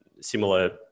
similar